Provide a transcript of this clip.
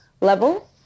level